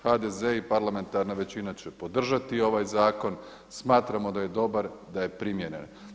HDZ i parlamentarna većina će podržati ovaj zakon, smatramo da je dobar i da je primjeren.